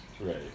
Right